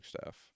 staff